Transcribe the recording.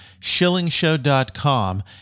shillingshow.com